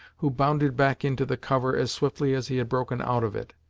who bounded back into the cover as swiftly as he had broken out of it.